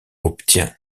obtient